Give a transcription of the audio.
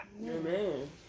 Amen